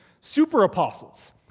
super-apostles